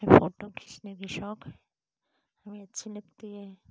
photo खींचने का शौक़ है हमें अच्छी लगती है